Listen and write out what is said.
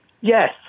Yes